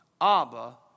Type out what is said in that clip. Abba